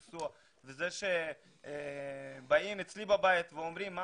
וזה שבאים אלי הביתה ואומרים אתה